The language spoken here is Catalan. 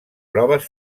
proves